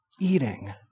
eating